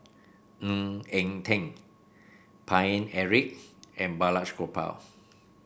Ng Eng Teng Paine Eric and Balraj Gopal